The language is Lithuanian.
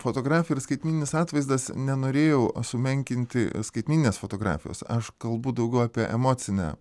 fotografija skaitmeninis atvaizdas nenorėjau sumenkinti skaitmeninės fotografijos aš kalbu daugiau apie emocinę